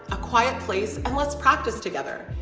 a quiet place and let's practice together.